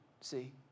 see